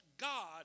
God